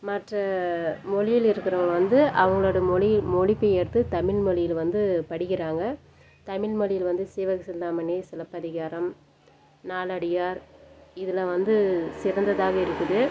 மற்ற மொழியில் இருக்கிறவங்க வந்து அவங்களோட மொழியில் மொழிபெயர்த்து தமிழ் மொழியில் வந்து படிக்கிறாங்க தமிழ்மொழியில் வந்து சீவகசிந்தாமணி சிலப்பதிகாரம் நாலடியார் இதில் வந்து சிறந்ததாக இருக்குது